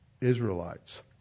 Israelites